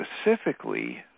specifically